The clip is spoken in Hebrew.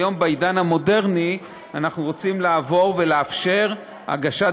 היום בעידן המודרני אנחנו רוצים לעבור ולאפשר הגשת